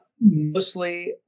mostly